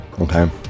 Okay